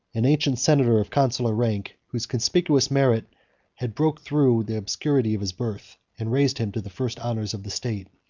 an ancient senator of consular rank, whose conspicuous merit had broke through the obscurity of his birth, and raised him to the first honors of the state.